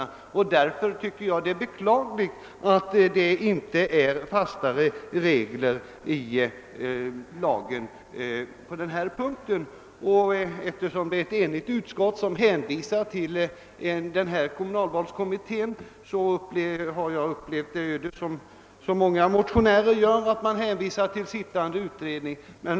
Det är därför enligt min mening beklagligt att det inte är fastare regler i lagen på den här punkten. Eftersom det är ett enigt utskott som hänvisar till kommunalvalskommittén har jag rönt samma öde som många motionärer: man hänvisar till sittande utredning.